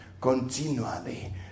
continually